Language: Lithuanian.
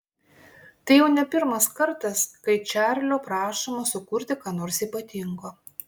tai jau ne pirmas kartas kai čarlio prašoma sukurti ką nors ypatingo